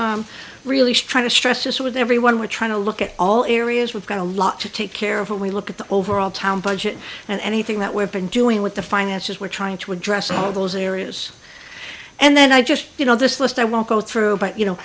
really trying to stress this with everyone we're trying to look at all areas we've got a lot to take care of when we look at the overall town budget and anything that we've been doing with the finances we're trying to address some of those areas and then i just you know this list i won't go through but you know